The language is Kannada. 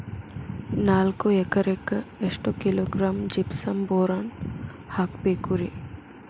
ನಾಲ್ಕು ಎಕರೆಕ್ಕ ಎಷ್ಟು ಕಿಲೋಗ್ರಾಂ ಜಿಪ್ಸಮ್ ಬೋರಾನ್ ಹಾಕಬೇಕು ರಿ?